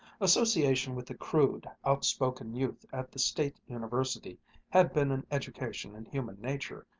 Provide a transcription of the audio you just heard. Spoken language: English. association with the crude, outspoken youth at the state university had been an education in human nature,